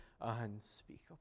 unspeakable